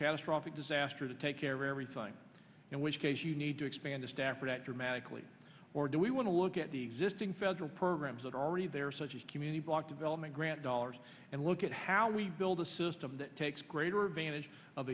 catastrophic disaster to take care of everything in which case you need to expand the stafford act dramatically or do we want to look at the existing federal programs that are already there such as community block development grant dollars and look at how we build a system that takes greater advantage of